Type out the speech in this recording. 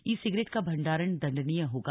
ई cigarette का भंडारण दंडनीय होगा